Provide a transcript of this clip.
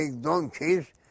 donkeys